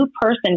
person